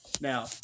now